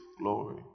glory